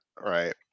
right